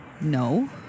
no